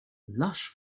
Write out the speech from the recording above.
lush